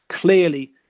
clearly